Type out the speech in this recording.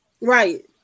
Right